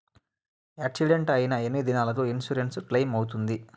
Accident అయిన ఎన్ని దినాలకు ఇన్సూరెన్సు క్లెయిమ్ అవుతుంది?